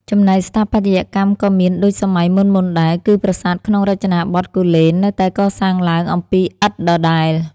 ចំណែកស្ថាបត្យកម្មក៏មានដូចសម័យមុនៗដែរ គឺប្រាសាទក្នុងរចនាបថគូលែននៅតែកសាងឡើងអំពីឥដ្ឋដដែល។